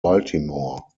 baltimore